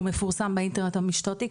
הוא מפורסם באינטרנט המשטרתי,